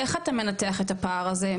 איך אתה מנתח את הפער הזה,